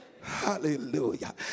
Hallelujah